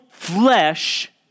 flesh